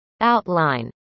Outline